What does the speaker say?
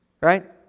right